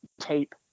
tape